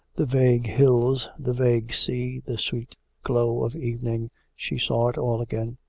the vague hills, the vague sea, the sweet glow of evening she saw it all again.